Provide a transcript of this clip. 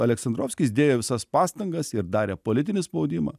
aleksandrovskis dėjo visas pastangas ir darė politinį spaudimą